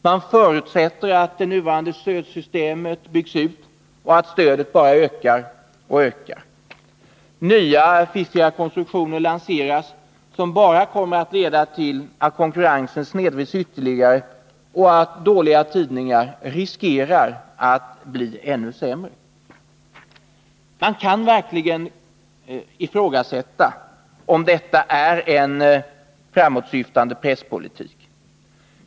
Man förutsätter att det nuvarande stödsystemet byggs ut och att stödet bara ökar och ökar. Nya fiffiga konstruktioner lanseras som bara kommer att leda till att konkurrensen snedvrids ytterligare och att dåliga tidningar riskerar att bli ännu sämre. Man kan verkligen ifrågasätta om detta är en framåtsyftande presspolitik.